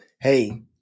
hey